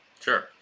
Sure